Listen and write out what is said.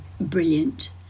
brilliant